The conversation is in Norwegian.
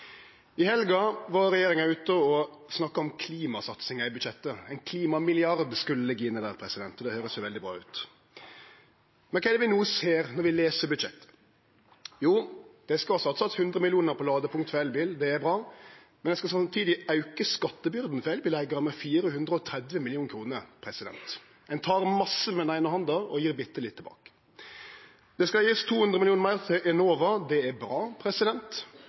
I helga var regjeringa ute og snakka om klimasatsingar i budsjettet. Ein klimamilliard skulle liggje inne der, og det høyrest jo veldig bra ut. Men kva er det vi no ser når vi les budsjettet? Det skal vere avsett 100 mill. kr til ladepunkt for elbil. Det er bra. Men ein skal samtidig auke skattebyrda for elbileigarane med 430 mill. kr. Ein tek mykje med den eine handa og gjev bitte litt tilbake. Ein skal gje 200 mill. kr meir til Enova. Det er bra.